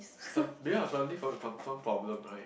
some because I was running from it from some problem right